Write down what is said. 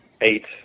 Eight